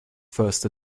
first